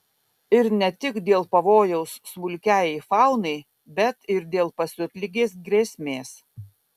ir ne tik dėl pavojaus smulkiajai faunai bet ir dėl pasiutligės grėsmės